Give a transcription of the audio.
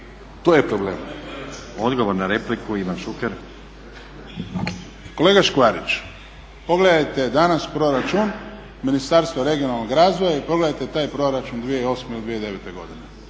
Ivan Šuker. **Šuker, Ivan (HDZ)** Kolega Škvarić, pogledajte danas proračun Ministarstva regionalnog razvoja i pogledajte taj proračun 2008. ili 2009. godine